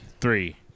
Three